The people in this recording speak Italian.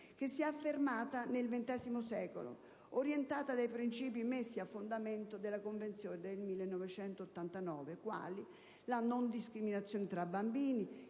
che si é affermata nel XX secolo, orientata dai principi messi a fondamento della Convenzione del 1989 quali: la non discriminazione tra bambini;